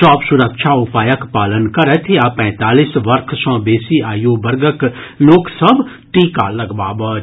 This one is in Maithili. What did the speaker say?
सभ सुरक्षा उपायक पालन करथि आ पैंतालीस वर्ष सँ बेसी आयु वर्गक लोक सभ टीका लगबावथि